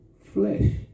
flesh